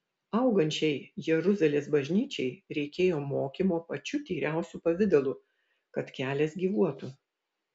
augančiai jeruzalės bažnyčiai reikėjo mokymo pačiu tyriausiu pavidalu kad kelias gyvuotų